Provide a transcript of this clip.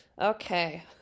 okay